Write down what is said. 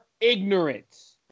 ignorance